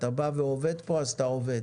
אם אתה בא ועובד פה אז אתה עובד